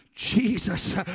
Jesus